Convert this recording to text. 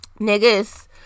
Niggas